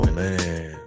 man